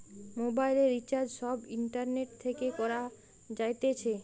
মোবাইলের রিচার্জ সব ইন্টারনেট থেকে করা যাইতেছে